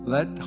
Let